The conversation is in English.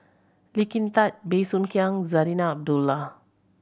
Lee Kin Tat Bey Soo Khiang Zarinah Abdullah